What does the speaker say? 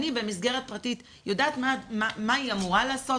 אני במסגרת פרטית יודעת מה היא אמורה לעשות,